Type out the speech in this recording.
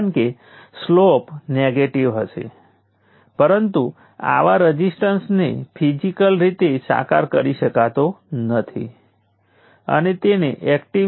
તેથી આપણે અગાઉના ઉદાહરણના આ ખૂબ જ સરળ વિસ્તરણનું ઉદાહરણ લઈશું